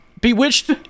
Bewitched